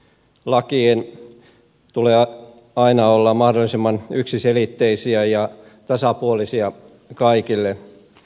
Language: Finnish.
lakien tulee aina olla mahdollisimman yksiselitteisiä ja tasapuolisia kaikille